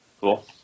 Cool